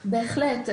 בהחלט.